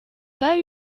pas